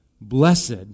Blessed